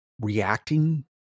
reacting